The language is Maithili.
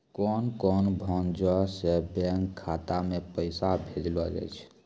कोन कोन भांजो से बैंक खाता मे पैसा भेजलो जाय छै?